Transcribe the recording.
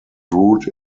route